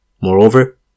Moreover